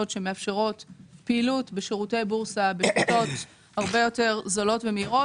שמאפשרות פעילות בשירותי הבורסה בשיטות הרבה יותר זולות ומהירות.